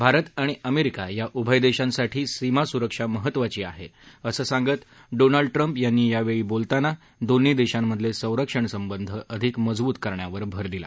भारत आणि अमेरिका या उभय देशांसाठी सीमा सुरक्षा महत्वाची आहे असं सांगत डोनाल्ड ट्रम्प यांनी यावेळी बोलताना दोन्ही देशांमधले संरक्षण संबंध अधिक मजबूत करण्यावर भर दिला